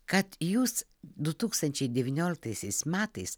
kad jūs du tūkstančiai devynioliktaisiais metais